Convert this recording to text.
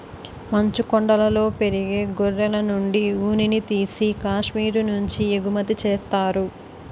మంచుకొండలలో పెరిగే గొర్రెలనుండి ఉన్నిని తీసి కాశ్మీరు నుంచి ఎగుమతి చేత్తారు